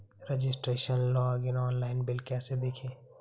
Registration login online bill कैसे देखें?